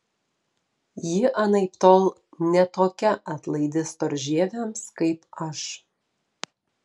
ji anaiptol ne tokia atlaidi storžieviams kaip aš